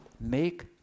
Make